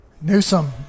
Newsom